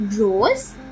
Rose